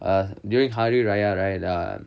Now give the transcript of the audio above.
uh during hari raya right ah